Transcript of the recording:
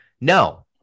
no